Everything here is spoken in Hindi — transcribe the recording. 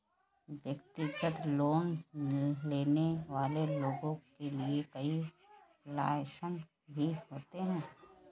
व्यक्तिगत लोन लेने वाले लोगों के लिये कई आप्शन भी होते हैं